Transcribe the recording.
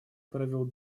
провел